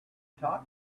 talk